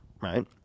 right